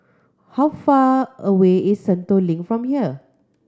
how far away is Sentul Link from here